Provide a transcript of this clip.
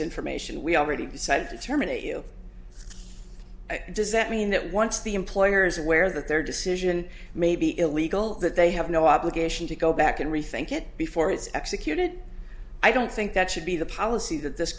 information we already decided to terminate you does that mean that once the employers are aware that their decision may be illegal that they have no obligation to go back and rethink it before it's executed i don't think that should be the policy that this